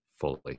fully